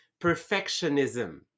perfectionism